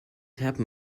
happen